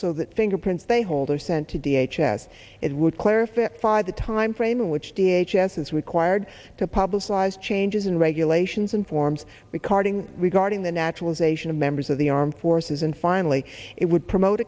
so that fingerprints they hold are sent to d h as it would clarify the timeframe in which the h s is required to publicize changes in regulations and forms recording regarding the naturalization of members of the armed forces and finally it would promote